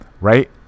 right